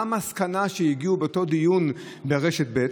מה המסקנה שהגיעו אליה באותו דיון ברשת ב'?